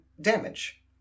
damage